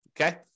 okay